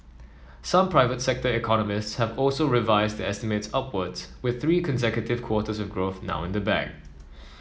some private sector economists have also revised their estimates upwards with three consecutive quarters of growth now in the bag